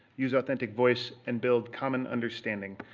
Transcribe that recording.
use authentic voice, and build common understanding.